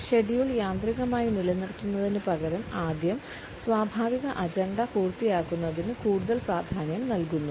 schedule യാന്ത്രികമായി നിലനിർത്തുന്നതിനുപകരം ആദ്യം സ്വാഭാവിക അജണ്ട പൂർത്തിയാക്കുന്നതിന് കൂടുതൽ പ്രാധാന്യം നൽകുന്നു